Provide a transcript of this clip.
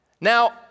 Now